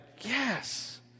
yes